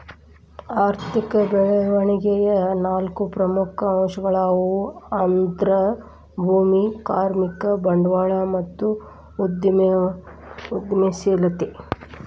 ಆರ್ಥಿಕ ಬೆಳವಣಿಗೆಯ ನಾಲ್ಕು ಪ್ರಮುಖ ಅಂಶಗಳ್ಯಾವು ಅಂದ್ರ ಭೂಮಿ, ಕಾರ್ಮಿಕ, ಬಂಡವಾಳ ಮತ್ತು ಉದ್ಯಮಶೇಲತೆ